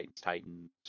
Titans